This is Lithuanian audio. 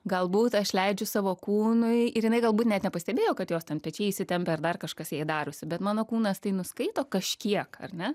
galbūt aš leidžiu savo kūnui ir jinai galbūt net nepastebėjo kad jos pečiai įsitempę ar dar kažkas jai darosi bet mano kūnas tai nuskaito kažkiek ar ne